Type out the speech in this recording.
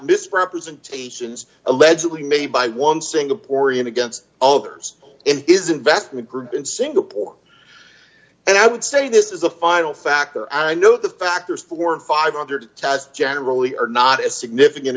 misrepresentations allegedly made by one singaporean against all others it is investment group in singapore and i would say this is the final factor i know the factors for a five hundred test generally are not as significant